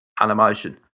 animation